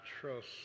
trust